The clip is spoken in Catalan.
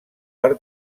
per